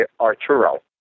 Arturo